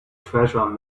treasure